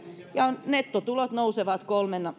ja nettotulot nousevat kolmen